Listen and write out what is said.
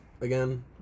again